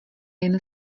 jen